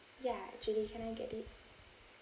ya actually can I get it